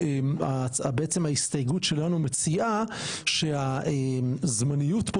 ההסתייגות שלנו מציעה שהזמניות פה